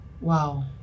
Wow